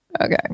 Okay